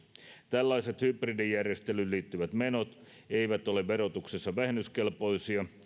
tällaiset hybridijärjestelyyn liittyvät menot eivät ole verotuksessa vähennyskelpoisia